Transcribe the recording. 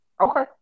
Okay